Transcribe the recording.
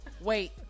Wait